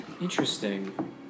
Interesting